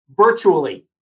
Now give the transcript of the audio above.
virtually